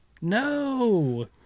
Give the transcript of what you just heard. No